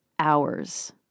Hours